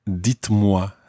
dites-moi